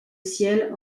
ciel